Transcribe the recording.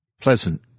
pleasant